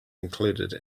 included